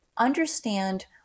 Understand